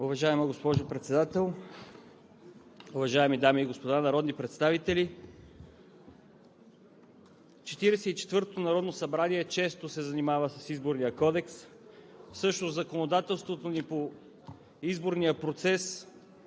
Уважаема госпожо Председател, уважаеми дами и господа народни представители! Четиридесет и четвъртото народно събрание често се занимава с Изборния кодекс. Всъщност законодателството ни по изборния процес